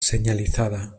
señalizada